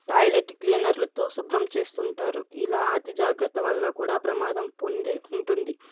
toilet క్లినర్లతో శుభ్రం చేస్తుంటారు ఇలా అతి జాగ్రత్త వల్ల కూడా ప్రమాదం పొందే ఉంటుంది